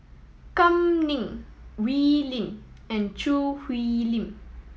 Kam Ning Wee Lin and Choo Hwee Lim